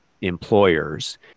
employers